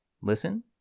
listen